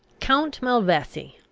count malvesi,